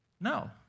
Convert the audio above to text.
No